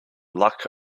luck